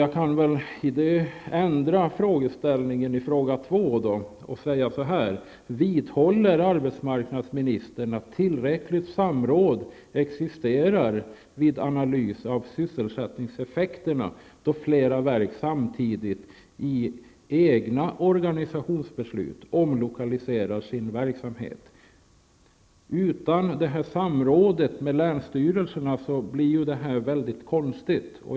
Jag kan ändra formuleringen i min andra fråga och ställa den så här: Vidhåller arbetsmarknadsministern att tillräckligt samråd existerar vid analys av sysselsättningseffekterna då flera verk samtidigt i egna organisationsbeslut omlokaliserar sin verksamhet? Utan samråd med länsstyrelserna blir det mycket konstigt.